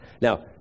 Now